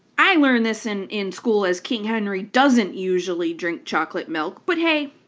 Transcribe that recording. i learned this and in school as king henry doesn't usually drink chocolate milk but hey,